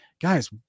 Guys